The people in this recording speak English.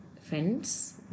friends